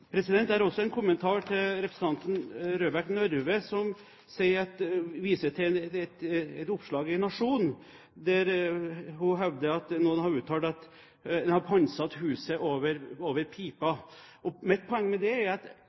også en kommentar til representanten Røbekk Nørve, som viser til et oppslag i Nationen der hun hevder at noen har uttalt at de har pantsatt huset til over pipa. Mitt poeng med det er at